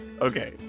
Okay